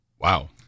Wow